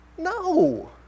No